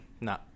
No